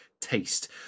taste